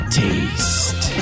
taste